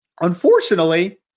Unfortunately